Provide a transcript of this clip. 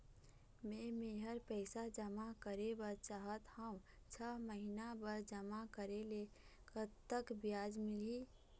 मे मेहर पैसा जमा करें बर चाहत हाव, छह महिना बर जमा करे ले कतक ब्याज मिलही?